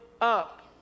up